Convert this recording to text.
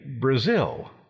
Brazil